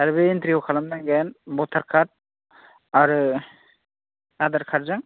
आरो बे इनट्रिखौ खालामनांगोन भटार कार्ड आरो आधार कार्डजों